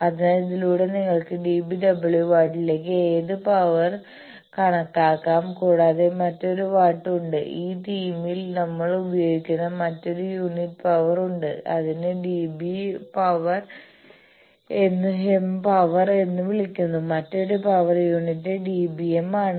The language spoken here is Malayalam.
അതിനാൽ ഇതിലൂടെ നിങ്ങൾക്ക് dB w വാട്ടിലേക്കുള്ള ഏത് പവറും കണക്കാക്കാം കൂടാതെ മറ്റൊരു വാട്ട് ഉണ്ട് ഈ തീമിൽ നമ്മൾ ഉപയോഗിക്കുന്ന മറ്റൊരു യൂണിറ്റ് പവർ ഉണ്ട് അതിനെ dBm പവർ എന്ന് വിളിക്കുന്നു മറ്റൊരു പവർ യൂണിറ്റ് dBm ആണ്